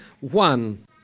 one